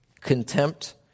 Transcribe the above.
contempt